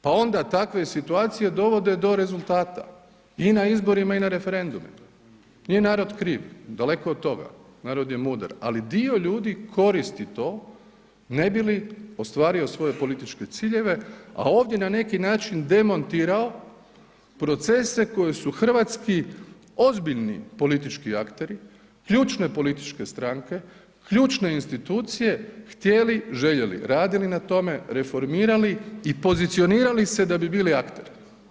Pa onda takve situacije dovode do rezultata i na izborima i na referendumima, nije narod kriv, daleko od toga, narod je mudar, ali dio ljudi koristi to ne bi li ostvario svoje političke ciljeve, a ovdje na neki način demontirao procese koje su hrvatski ozbiljni politički akteri, ključne političke stranke, ključne institucije, htjeli, željeli, radili na tome, reformirali i pozicionirali se da bi bili akteri.